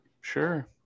Sure